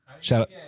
Shout